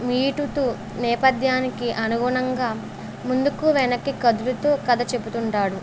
మీటుతు నేపథ్యానికి అనుగుణంగా ముందుకు వెనక్కి కదులుతు కథ చెప్తుంటాడు